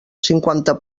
cinquanta